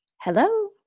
Hello